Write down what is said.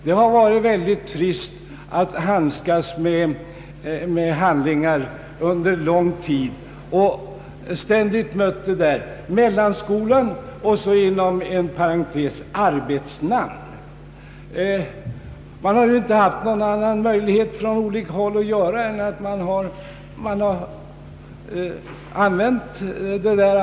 Det har varit trist att handskas med handlingar där man ständigt mött uttrycket mellanskolan, följt av — inom en parentes — ”arbetsnamn”. Det har inte funnits någon annan möjlighet än att använda det uttrycket.